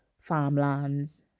farmlands